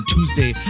Tuesday